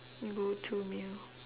go to meal